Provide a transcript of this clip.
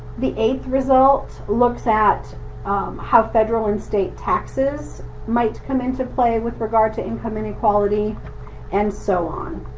the eighth result looks at how federal and state taxes might come into play with regard to income inequality and so on.